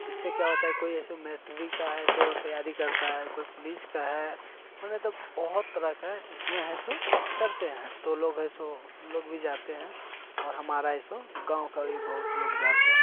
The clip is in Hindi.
इससे क्या होता है कोई ऐसे मिलेट्री का है सो तैयारी करता है कोई पुलिस का है मतलब तो बहुत तरह का इसमें है सो करते हैं तो लोग ऐसे हम लोग भी जाते हैं और हमारा ऐसे गाँव का भी बहुत लोग जाते हैं